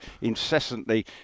incessantly